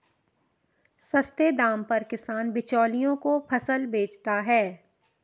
सस्ते दाम पर किसान बिचौलियों को फसल बेचता है